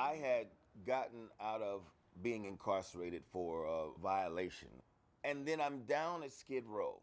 i had gotten out of being incarcerated for a violation and then i'm down to skid row